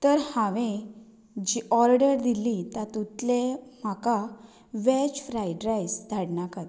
तर हावें जी ऑर्डर दिल्ली तातूंतले म्हाका वॅज फ्रायड रायस धाडनाकात